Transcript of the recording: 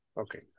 okay